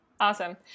Awesome